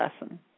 lesson